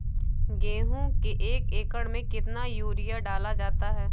गेहूँ के एक एकड़ में कितना यूरिया डाला जाता है?